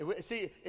See